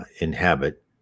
inhabit